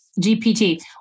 GPT